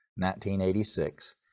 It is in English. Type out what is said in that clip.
1986